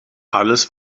alles